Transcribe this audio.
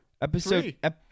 Episode